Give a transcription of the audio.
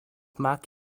mag